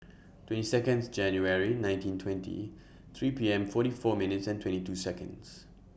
twenty Seconds January nineteen twenty three P M forty four minutes twenty two Seconds